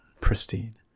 pristine